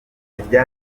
afungiye